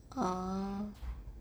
oh